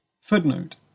Footnote